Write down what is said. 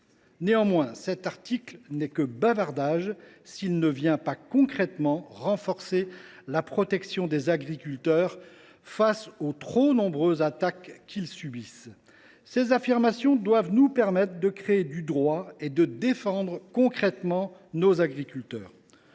Néanmoins, cet article n’est que bavardage s’il ne vient pas concrètement renforcer la protection des agriculteurs face aux trop nombreuses attaques qu’ils subissent. Ces affirmations doivent nous permettre de créer du droit et de défendre concrètement nos agriculteurs.